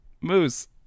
Moose